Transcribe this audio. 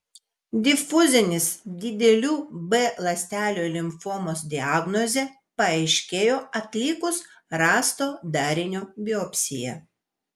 difuzinės didelių b ląstelių limfomos diagnozė paaiškėjo atlikus rasto darinio biopsiją